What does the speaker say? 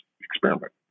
experiment